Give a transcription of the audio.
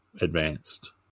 advanced